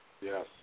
Yes